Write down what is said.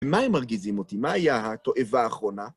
ומה הם מרגיזים אותי? מה הייתה התועבה האחרונה?